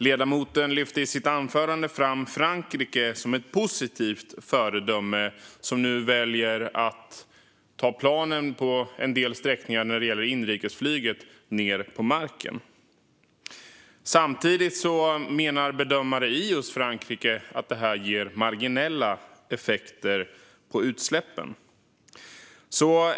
Ledamoten lyfte i sitt anförande fram Frankrike som ett föredöme eftersom man valt att ta ned planen på marken när det gäller en del inrikesflygsträckor. Samtidigt menar bedömare i just Frankrike att det ger marginella effekter på utsläppen.